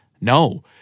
No